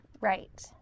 Right